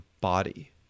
body